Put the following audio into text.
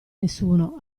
nessuno